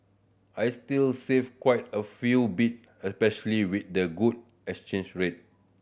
I'll still save quite a few bit especially with the good exchange rate